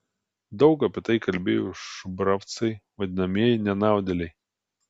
daug apie tai kalbėjo šubravcai vadinamieji nenaudėliai